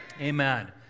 Amen